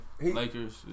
Lakers